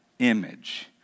image